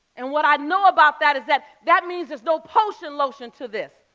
and what i know about that is that, that means there's no potion lotion to this.